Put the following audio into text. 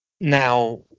Now